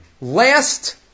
Last